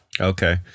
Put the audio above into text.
Okay